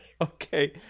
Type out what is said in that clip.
Okay